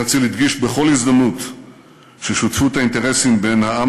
הרצל הדגיש בכל הזדמנות ששותפות האינטרסים בין העם